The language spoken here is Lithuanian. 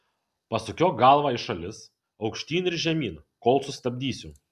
pasukiok galvą į šalis aukštyn ir žemyn kol sustabdysiu